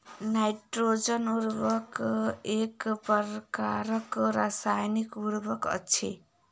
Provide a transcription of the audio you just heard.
nitrogen उर्वरक एक प्रकारक रासायनिक उर्वरक अछि